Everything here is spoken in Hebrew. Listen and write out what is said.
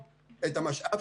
מצוין,